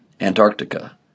Antarctica